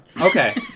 Okay